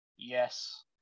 Yes